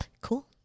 Cool